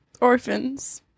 Orphans